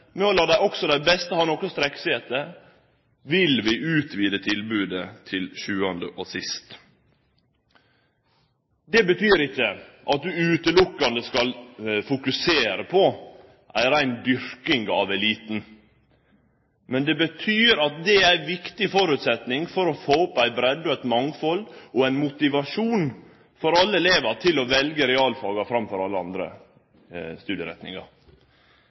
å la òg dei beste ha noko å strekkje seg etter vil vi utvide tilbodet til sjuande og sist. Det betyr ikkje at ein utelukkande skal fokusere på ei rein dyrking av eliten, men det betyr at det er ein viktig føresetnad for å få opp ei breidd og eit mangfald og ein motivasjon for alle elevar til å velje realfag framfor alle andre studieretningar.